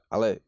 Ale